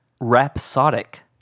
rhapsodic